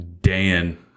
Dan